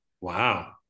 Wow